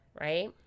right